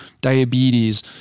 diabetes